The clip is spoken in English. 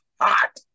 hot